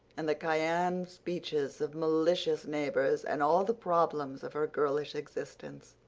and the cayenne speeches of malicious neighbors, and all the problems of her girlish existence.